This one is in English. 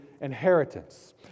inheritance